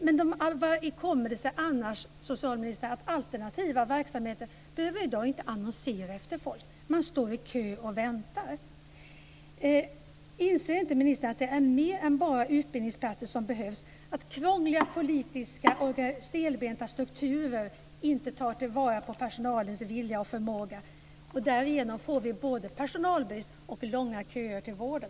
Hur kommer det sig annars, socialministern, att alternativa verksamheter i dag inte behöver annonsera efter folk? Man står i kö och väntar. Inser inte ministern att det behövs mer än bara utbildningsplatser? Krångliga och stelbenta politiska strukturer tar inte till vara personalens vilja och förmåga. Därigenom får vi både personalbrist och långa köer till vården.